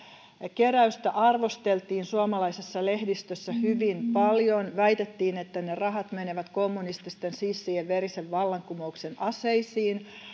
keräystä arvosteltiin suomalaisessa lehdistössä hyvin paljon väitettiin että ne ne rahat menevät kommunististen sissien verisen vallankumouksen aseisiin